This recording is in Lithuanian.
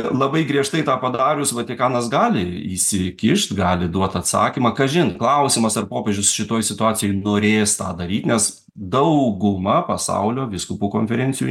labai griežtai tą padarius vatikanas gali įsikišt gali duot atsakymą kažin klausimas ar popiežius šitoj situacijoj norės tą daryt nes dauguma pasaulio vyskupų konferencijų